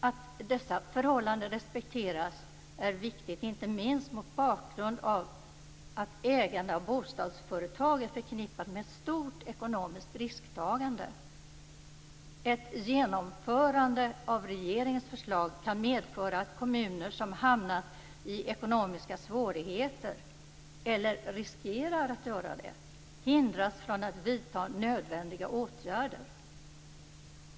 Att dessa förhållanden respekteras är viktigt, inte minst mot bakgrund av att ägande av bostadsföretag är förknippat med stort ekonomiskt risktagande. Ett genomförande av regeringens förslag kan medföra att kommuner som hamnat i ekonomiska svårigheter, eller riskerar att göra det, förhindras att vidta nödvändiga åtgärder.